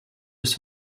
bis